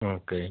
okay